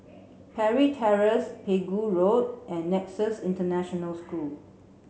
Parry Terrace Pegu Road and Nexus International School